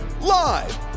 live